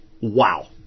Wow